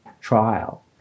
trial